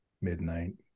Midnight